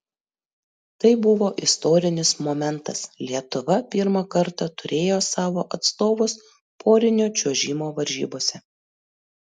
tai buvo istorinis momentas lietuva pirmą kartą turėjo savo atstovus porinio čiuožimo varžybose